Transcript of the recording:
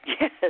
Yes